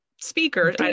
speaker